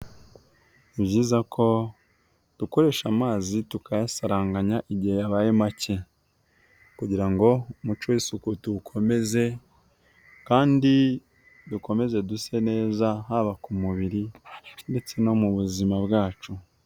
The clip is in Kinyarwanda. Ni byiza ko, dukoresha amazi tukayasaranganya igihe yabaye make, kugira ngo umuco w'isuku tuwukomeze, kandi dukomeze duse neza haba ku mubiri ndetse no mu buzima bwacu.